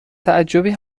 تعجبی